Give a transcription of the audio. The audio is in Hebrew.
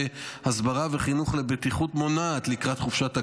הסברה וחינוך לבטיחות מונעת לקראת חופשת הקיץ.